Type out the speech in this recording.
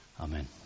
Amen